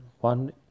One